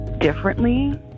differently